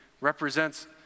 represents